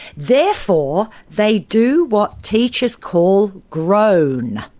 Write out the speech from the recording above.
therefore they do what teachers call groan.